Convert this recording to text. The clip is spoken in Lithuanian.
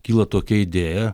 kyla tokia idėja